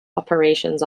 operations